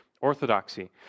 orthodoxy